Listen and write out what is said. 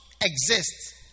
exist